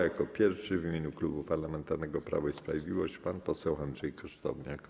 Jako pierwszy w imieniu Klubu Parlamentarnego Prawo i Sprawiedliwość głos zabierze pan poseł Andrzej Kosztowniak.